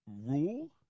rule